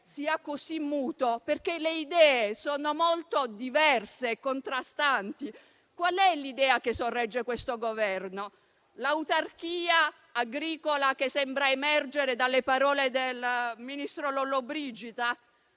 sia così muto perché le idee sono molto diverse e contrastanti. Qual è l'idea che sorregge questo Governo? L'autarchia agricola, che sembra emergere dalle parole del ministro Lollobrigida?